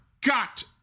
got